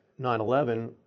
9-11